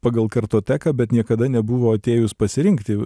pagal kartoteką bet niekada nebuvo atėjus pasirinkti